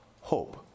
hope